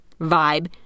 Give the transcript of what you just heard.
vibe